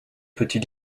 petit